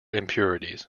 impurities